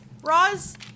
Roz